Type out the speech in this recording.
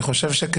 חושב